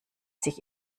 sich